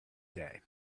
day